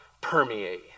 permeate